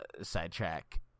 sidetrack